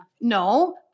No